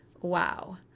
wow